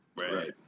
Right